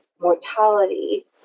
mortality